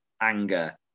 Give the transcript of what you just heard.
anger